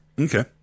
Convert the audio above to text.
okay